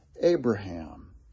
Abraham